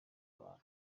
abantu